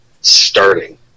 starting